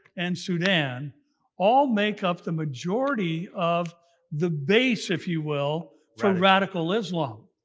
and sudan all make up the majority of the base, if you will, from radical islam.